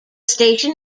station